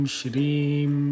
Shrim